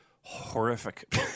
horrific